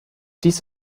dies